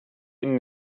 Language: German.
ihn